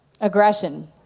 aggression